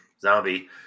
Zombie